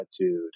attitude